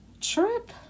Trip